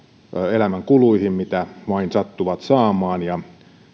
elämän kuluihin sitä lainaa mitä vain sattuvat saamaan ja